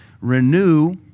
Renew